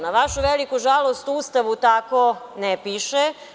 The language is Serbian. Na vašu veliku žalost u Ustavu tako ne piše.